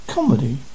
Comedy